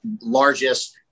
largest